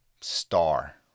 star